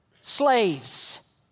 slaves